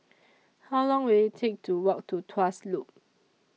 How Long Will IT Take to Walk to Tuas Loop